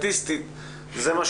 סטטיסטית זה מה